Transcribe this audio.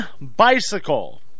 Bicycle